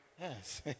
Yes